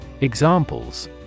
Examples